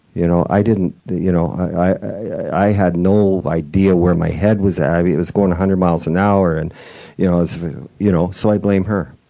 you know i didn't you know i i had no idea where my head was at. i mean, it was going a hundred miles an hour and yeah i was you know so i blame her.